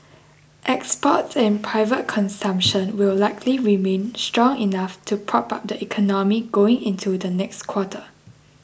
exports and private consumption will likely remain strong enough to prop up the economy going into the next quarter